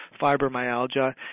fibromyalgia